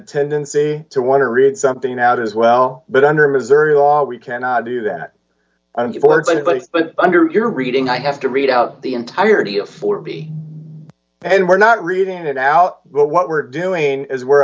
tendency to want to read something out as well but under missouri law we cannot do that unfortunately but under your reading i have to read out the entirety of four b and we're not reading it out but what we're doing is we're